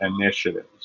initiatives